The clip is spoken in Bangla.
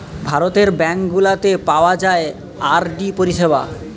ভারতের ব্যাঙ্ক গুলাতে পাওয়া যায় আর.ডি পরিষেবা